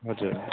हजुर